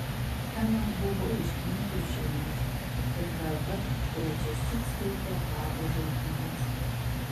ema buvo iš knygių šeimos ir dabar trečiąsyk skaitė bado žaidynes